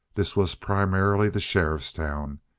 this was primarily the sheriff's town,